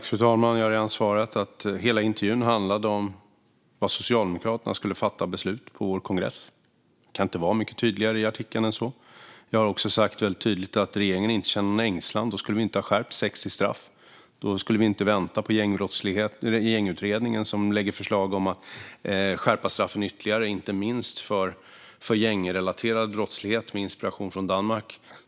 Fru talman! Jag har redan svarat att hela intervjun handlade om vilka beslut som Socialdemokraterna skulle fatta på vår kongress. Jag kan inte vara mycket tydligare i artikeln än så. Jag har också sagt väldigt tydligt att regeringen inte känner någon ängslan. Då skulle vi inte ha skärpt 60 straff. Då skulle vi inte vänta på Gängbrottsutredningen som lägger fram förslag om att skärpa straffen ytterligare inte minst för gängrelaterad brottslighet, med inspiration från Danmark.